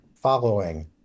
Following